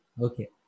Okay